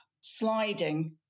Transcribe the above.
Sliding